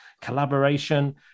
collaboration